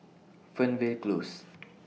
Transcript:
Fernvale Close